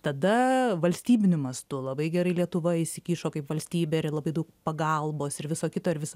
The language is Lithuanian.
tada valstybiniu mastu labai gerai lietuva įsikišo kaip valstybė ir labai daug pagalbos ir viso kito ir vis